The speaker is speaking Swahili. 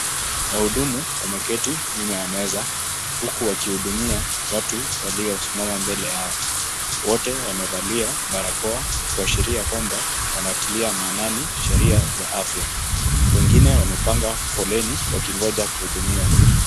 Wahudumu wameketi nyuma ya meza huku wakihudumia watu waliosimama mbele yao. Wote wamevalia barakoa kuashiria kwamba wanatilia maanani sheria za afya. Wengine wamepanga foleni wakingoja kuhudumiwa.